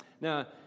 Now